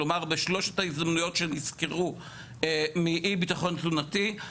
כלומר בשלושת ההזדמנויות שנסקרו מאי ביטחון תזונתי,